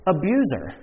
abuser